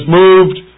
moved